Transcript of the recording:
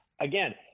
again